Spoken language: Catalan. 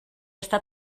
està